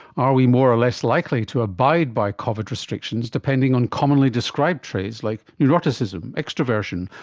are we more or less likely to abide by covid restrictions depending on commonly described traits like neuroticism, extraversion,